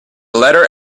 letter